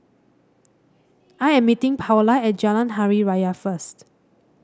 I am meeting Paola at Jalan Hari Raya first